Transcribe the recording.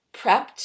prepped